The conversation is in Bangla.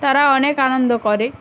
তারা অনেক আনন্দ করে